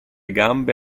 gambe